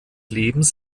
lebens